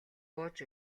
бууж